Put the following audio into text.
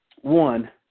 one